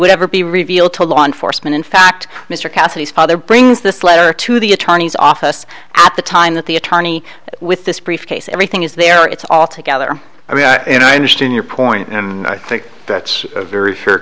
would ever be reveal to law enforcement in fact mr cassilis father brings this letter to the attorney's office at the time that the attorney with this briefcase everything is there it's all together i mean i understand your point and i think that's a very